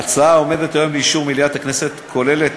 ההצעה העומדת היום לאישור מליאת הכנסת כוללת